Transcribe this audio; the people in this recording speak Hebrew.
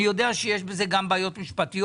אני יודע שיש בזה גם בעיות משפטיות.